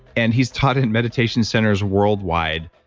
and he's taught in meditation centers worldwide.